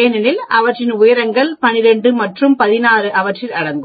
எனில் அவற்றின் உயரங்கள் 12 மற்றும் 16 அவற்றில் அடங்கும்